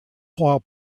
while